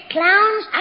Clowns